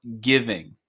giving